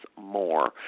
more